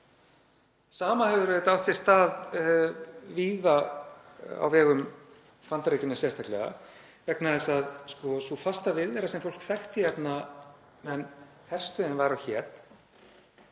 Sama hefur átt sér stað víða á vegum Bandaríkjanna sérstaklega vegna þess að sú fasta viðvera sem fólk þekkti hérna meðan herstöðin var og hét